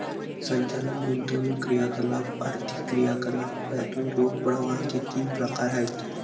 संचालन, गुंतवणूक क्रियाकलाप, आर्थिक क्रियाकलाप यातून रोख प्रवाहाचे तीन प्रकार आहेत